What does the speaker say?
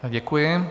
Děkuji.